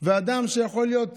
ואדם שיכול להיות